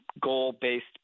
goal-based